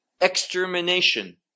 extermination